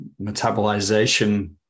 metabolization